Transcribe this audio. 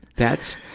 that's,